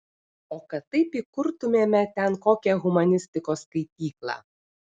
o kad taip įkurtumėme ten kokią humanistikos skaityklą